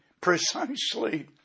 precisely